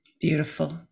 Beautiful